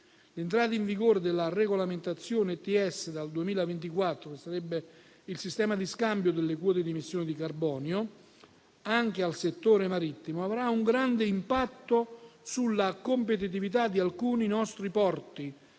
L'entrata in vigore della regolamentazione ETS dal 2024, che sarebbe il sistema di scambio delle quote di emissioni di carbonio, anche al settore marittimo, avrà un grande impatto sulla competitività di alcuni nostri porti